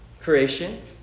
creation